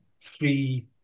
three